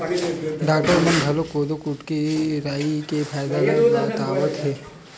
doctor मन घलोक कोदो, कुटकी, राई के फायदा ल बतावत हे